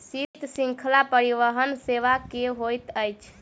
शीत श्रृंखला परिवहन सेवा की होइत अछि?